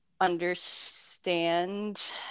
understand